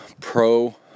Pro